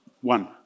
One